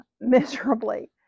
miserably